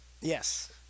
Yes